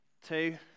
Two